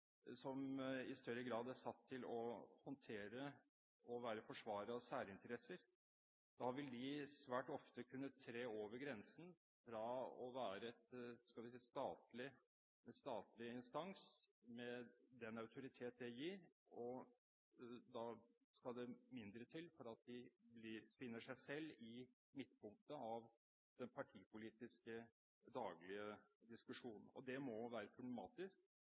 som i større grad er satt til å håndtere og være forsvarer av særinteresser. Da vil de svært ofte kunne tre over grensen fra å være en statlig instans med den autoritet det gir, og da skal det mindre til for at de finner seg selv i midtpunktet for den partipolitiske daglige diskusjonen. Det må være problematisk